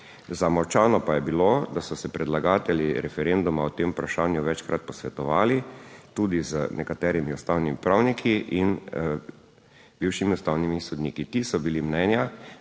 Zamolčano pa je bilo, da so se predlagatelji referenduma o tem vprašanju večkrat posvetovali tudi z nekaterimi ustavnimi pravniki in bivšimi ustavnimi sodniki, ki so bili mnenja,